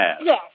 Yes